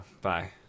bye